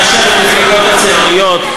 מאשר למפלגות הציוניות.